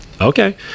okay